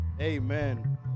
Amen